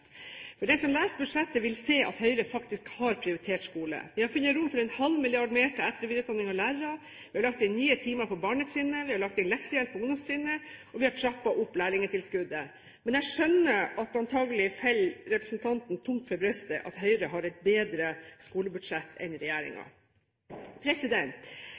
Den som leser budsjettet, vil se at Høyre faktisk har prioritert skole. Vi har funnet rom for ½ mrd. kr mer til etter- og videreutdanning av lærere, vi har lagt inn nye timer på barnetrinnet, vi har lagt inn leksehjelp på ungdomstrinnet, og vi har trappet om lærlingtilskuddet. Men jeg skjønner det antakelig faller representanten tungt for brystet at Høyre har et bedre skolebudsjett enn